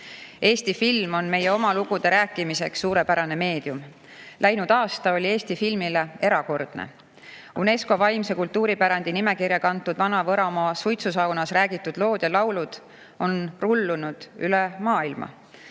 Eesti film on meie oma lugude rääkimiseks suurepärane meedium. Läinud aasta oli Eesti filmile erakordne. UNESCO vaimse kultuuripärandi nimekirja kantud Vana-Võromaa suitsusaunas räägitud lood ja laulud on rullunud üle maailma.